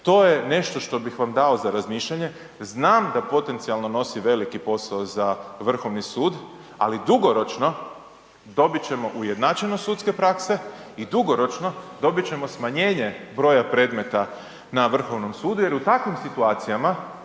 To je nešto što bih vam da za razmišljanje. Znam da potencijalno nosi veliki posao za Vrhovni sud, ali dugoročno, dobiti ćemo ujednačeno sudske prakse i dugoročno, dobiti ćemo smanjenje broja predmeta na Vrhovnom sudu, jer u takvim situacijama,